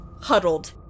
huddled